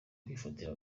kwifatira